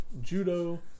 judo